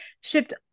shipped